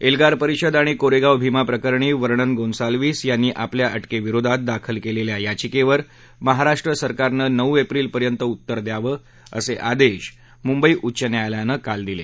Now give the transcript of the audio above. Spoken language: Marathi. एल्गार परिषद आणि कोरेगाव भीमा प्रकरणी वर्णन गोन्साल्विस यांनी आपल्या अ क्रिविरोधात दाखल केलेल्या याचिकेवर महाराष्ट्र सरकारनं नऊ एप्रिल पर्यंत उत्तर द्यावं असे आदेश मुंबई उच्च न्यायालयानं काल दिले